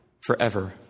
forever